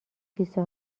کیسه